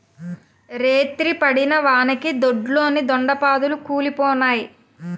రేతిరి పడిన వానకి దొడ్లోని దొండ పాదులు కుల్లిపోనాయి